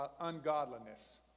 ungodliness